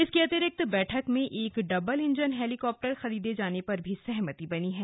इसके अतिरिक्त बैठक में एक डबल इंजन हेलीकाप्टर खरीदे जाने पर भी सहमति बनी है